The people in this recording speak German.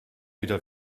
wieder